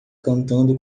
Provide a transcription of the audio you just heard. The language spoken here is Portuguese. cantando